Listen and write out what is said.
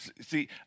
See